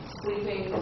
sleeping